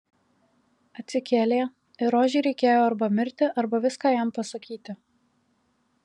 atsikėlė ir rožei reikėjo arba mirti arba viską jam pasakyti